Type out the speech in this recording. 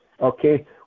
okay